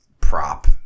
prop